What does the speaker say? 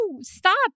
stop